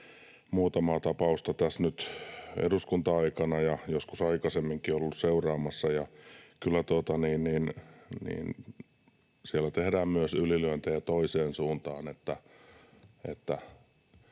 muutamaa tapausta nyt eduskunta-aikana ja joskus aikaisemminkin ollut seuraamassa, ja kyllä siellä tehdään myös ylilyöntejä toiseen suuntaan.